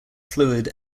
fluid